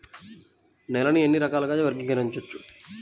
నేలని ఎన్ని రకాలుగా వర్గీకరించవచ్చు?